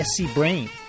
SCBrain